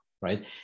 right